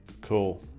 cool